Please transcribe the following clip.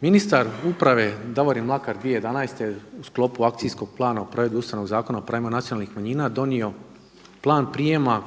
Ministar uprave Davorin Mlakar 2011. u sklopu Akcijskog plana o provedbi Ustavnog zakona o pravima nacionalnih manjina donio plan prijema